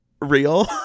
real